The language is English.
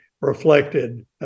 reflected